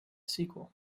sequel